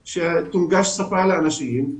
שהחומר יהיה מונגש מבחינת השפה לאותם אנשים.